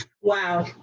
Wow